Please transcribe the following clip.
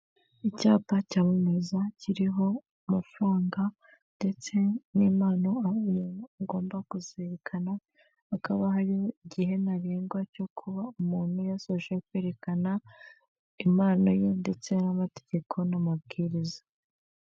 Icyapa cyamamaza kiriho amafaranga ndetse n'impano umuntu agomba kuzirikana hakaba hariho igihe ntarengwa cyo kuba umuntu yasoje kwerekana impano ye ndetse n'amategeko n'amabwiriza.